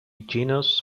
genus